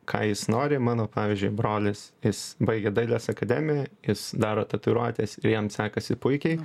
ką jis nori mano pavyzdžiui brolis jis baigė dailės akademiją jis daro tatuiruotes ir jam sekasi puikiai